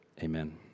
amen